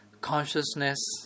Consciousness